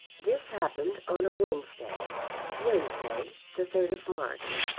this happened on a wednesday wednesday the third of march.